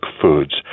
foods